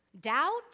doubt